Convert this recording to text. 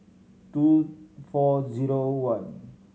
two four zero one